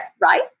right